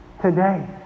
Today